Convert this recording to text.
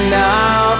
now